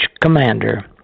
commander